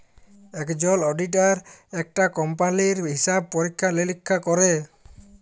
একজল অডিটার একটা কম্পালির হিসাব পরীক্ষা লিরীক্ষা ক্যরে